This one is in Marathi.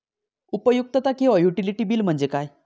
उपयुक्तता किंवा युटिलिटी बिल म्हणजे काय?